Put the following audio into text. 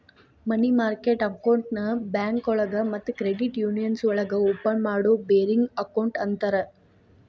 ಮನಿ market ಅಕೌಂಟ್ನ ಬ್ಯಾಂಕೋಳಗ ಮತ್ತ ಕ್ರೆಡಿಟ್ ಯೂನಿಯನ್ಸ್ ಒಳಗ ಓಪನ್ ಮಾಡೋ ಬೇರಿಂಗ್ ಅಕೌಂಟ್ ಅಂತರ